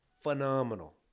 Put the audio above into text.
phenomenal